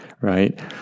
right